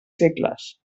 segles